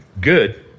good